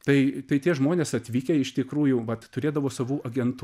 tai tai tie žmonės atvykę iš tikrųjų vat turėdavo savų agentų